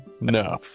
No